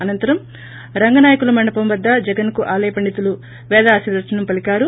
అనంతరం రంగనాయకుల మండపం వద్ద జగన్కు ఆలయ పండితులు పేదాశీర్యచనం పలికారు